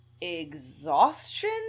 exhaustion